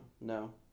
No